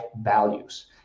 values